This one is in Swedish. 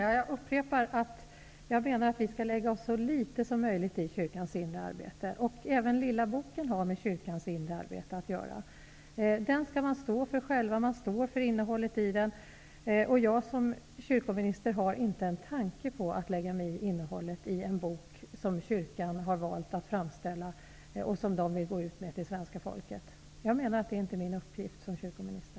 Herr talman! Jag upprepar att vi skall lägga oss så litet som möjligt i kyrkans inre arbete. Även den lilla boken har med kyrkans inre arbete att göra. Kyrkan står ju för innehållet i den. Jag såsom kyrkominister har inte en tanke på att lägga mig i innehållet i den bok som kyrkan har valt att framställa och gå ut med till svenska folket. Det är inte min uppgift såsom kyrkominister.